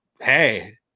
hey